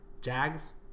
Jags